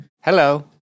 Hello